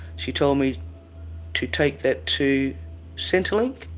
she told me to take that to centrelink.